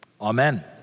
Amen